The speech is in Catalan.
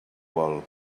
vol